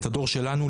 את הדור שלנו,